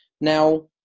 Now